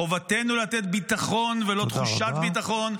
חובתנו לתת ביטחון ולא תחושת ביטחון,